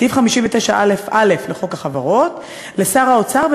סעיף 59א(א) לחוק החברות: "לשר האוצר,